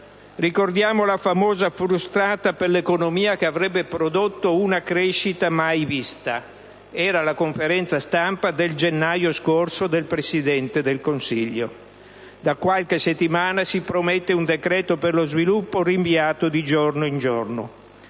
Ricordiamo la famosa frustata per l'economia che avrebbe prodotto una crescita mai vista: era la conferenza stampa del gennaio scorso del Presidente del Consiglio. Da qualche settimana si promette un decreto per lo sviluppo, rinviato di giorno in giorno.